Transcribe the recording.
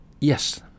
Yes